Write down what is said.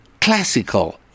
Classical